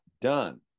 done